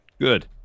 Good